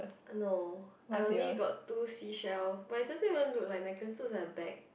no I only got two seashell but it doesn't even look like necklace it looks like bag